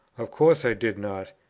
of course i did not,